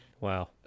wow